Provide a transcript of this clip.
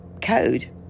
code